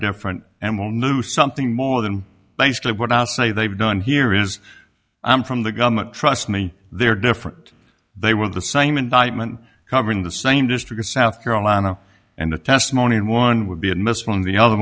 different and well knew something more than basically what i say they've done here is i'm from the government trust me they're different they were the same indictment covering the same district south carolina and the testimony in one would be admissible and the other